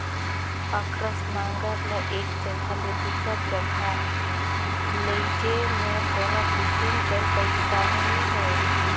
अकरस नांगर ल एक जगहा ले दूसर जगहा लेइजे मे कोनो किसिम कर पइरसानी नी होए